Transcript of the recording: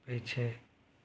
पीछे